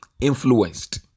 influenced